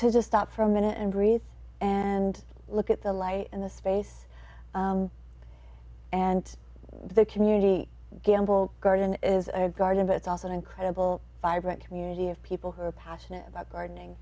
to stop for a minute and breathe and look at the light and the space and the community gamble garden is a garden but also an incredible vibrant community of people who are passionate about gardening